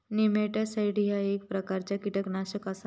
nematicides ह्या एक प्रकारचा कीटकनाशक आसा